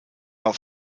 auf